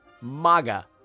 MAGA